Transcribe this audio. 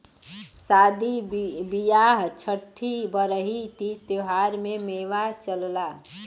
सादी बिआह छट्ठी बरही तीज त्योहारों में मेवा चलला